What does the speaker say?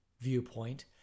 viewpoint